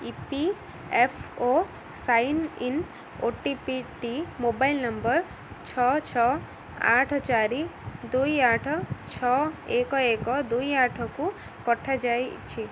E P F O sign in O T P ଟି number ନମ୍ବର୍ ଛଅ ଛଅ ଆଠ ଚାରି ଦୁଇ ଆଠ ଛଅ ଏକ ଏକ ଦୁଇ ଆଠକୁ ପଠାଯାଇଛି